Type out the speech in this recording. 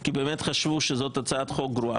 כי באמת חשבו שזאת הצעת חוק גרועה.